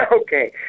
Okay